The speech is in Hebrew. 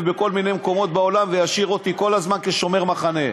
בכל מיני מקומות בעולם וישאיר אותי כל הזמן כשומר מחנה.